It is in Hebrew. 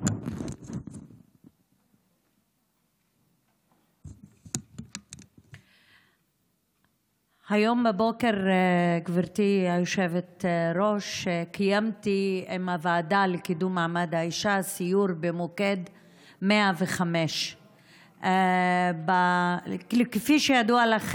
קיימתי עם הוועדה לקידום מעמד האישה סיור במוקד 105. כפי שידוע לכם,